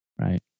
right